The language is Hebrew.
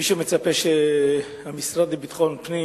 מי שמצפה שהמשרד לביטחון הפנים